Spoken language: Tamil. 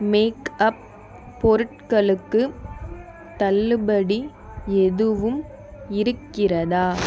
மேக்அப் பொருட்களுக்கு தள்ளுபடி எதுவும் இருக்கிறதா